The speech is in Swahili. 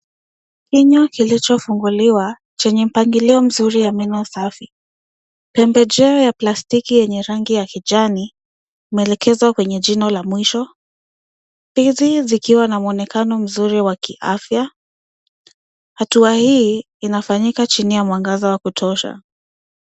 Kinywa kilichofunguliwa chenye mpangilio mzuri ya meno safi. Pembejeo ya plastiki yenye rangi ya kijani imeelekezwa kwenye jino ya mwisho, fizi zikiwa na mwonekano mzuri wa kiafya. Hatua hii inafanyika chini ya mwangaza wa kutosha.